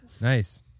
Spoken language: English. Nice